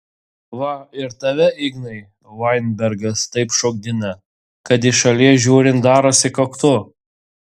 va ir tave ignai vainbergas taip šokdina kad iš šalies žiūrint darosi koktu